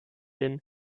hin